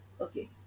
okay